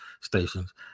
stations